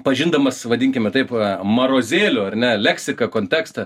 pažindamas vadinkime taip marozėlių ar ne leksiką kontekstą